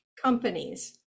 companies